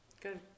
Good